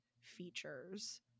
features